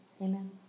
amen